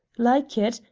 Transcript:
like it,